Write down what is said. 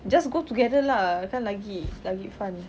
just go together lah kan lagi lagi fun